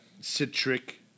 citric